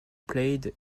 played